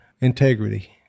integrity